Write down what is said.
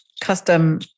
Custom